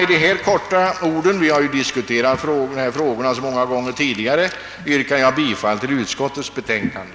Vi har tidigare många gånger diskuterat dessa saker, och med dessa korta kommentarer yrkar jag därför bifall till utskottets betänkande.